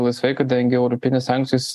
laisvai kadangi europinės sankcijos